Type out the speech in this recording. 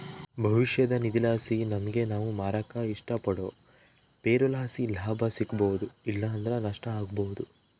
ಭವಿಷ್ಯದ ನಿಧಿಲಾಸಿ ನಮಿಗೆ ನಾವು ಮಾರಾಕ ಇಷ್ಟಪಡೋ ಷೇರುಲಾಸಿ ಲಾಭ ಸಿಗ್ಬೋದು ಇಲ್ಲಂದ್ರ ನಷ್ಟ ಆಬೋದು